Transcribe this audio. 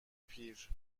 پیر